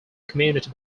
community